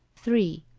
three.